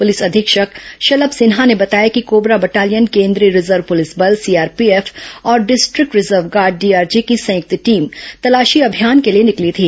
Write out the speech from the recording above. police अधीक्षक शलम सिन्हा ने बताया कि कोबरा बटालियन केन्द्रीय रिजर्व पुलिस बल सीआरपीएफ और डिस्ट्रिक्ट रिजर्व गार्ड डीआरजी की संयुक्त टीम तलाशी अभियान के लिए निकली थी